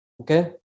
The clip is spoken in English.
Okay